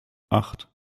acht